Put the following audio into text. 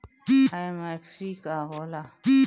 MFC का हो़ला?